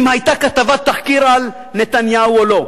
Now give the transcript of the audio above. אם היתה כתבת תחקיר על נתניהו או לא.